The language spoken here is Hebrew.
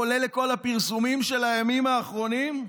כולל כל הפרסומים של הימים האחרונים?